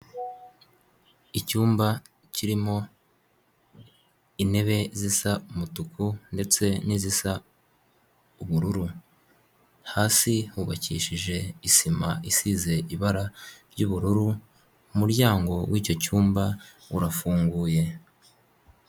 Icyumba kirimo intebe zisa umutuku ndetse n'izisa ubururu. Hasi hubakishije isima isize ibara ry'ubururu, umuryango w'icyo cyumba urafunguye.